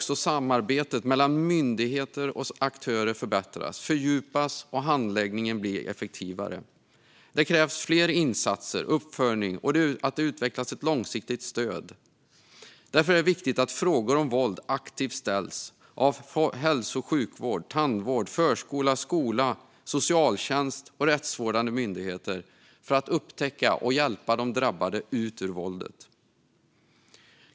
Samarbetet mellan myndigheter och aktörer måste förbättras och fördjupas och handläggningen bli effektivare. Det krävs fler insatser, uppföljning och att det utvecklas ett långsiktigt stöd. Därför är det viktigt att frågor om våld aktivt ställs av hälso och sjukvård, tandvård, förskola, skola, socialtjänst och rättsvårdande myndigheter för att upptäcka och hjälpa de drabbade ut ur våldet.